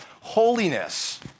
holiness